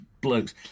blokes